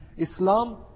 Islam